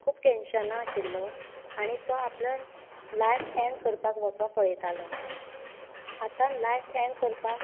खूब टेंशना आशिल्लो आनी तो आपले लायफ ऍंड करपाक वोचों पळयतालो आतां लायफ ऍंड करपाक